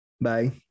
Bye